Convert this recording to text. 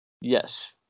Yes